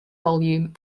volume